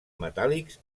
metàl·lics